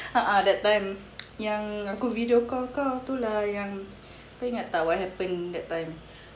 a'ah that time yang aku video call kau tu lah yang kau ingat tak what happen that time